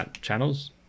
channels